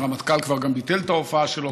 הרמטכ"ל כבר גם ביטל את ההופעה שלו,